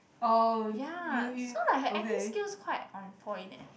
ya so like her acting skills quite on point eh